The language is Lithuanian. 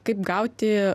kaip gauti